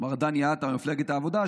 מר דני עטר ממפלגת העבודה,